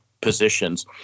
positions